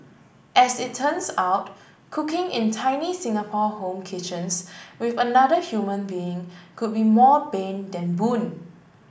as it turns out cooking in tiny Singapore home kitchens with another human being could be more bane than boon